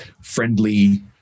friendly